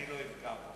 אני לא אפגע בו,